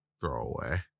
throwaway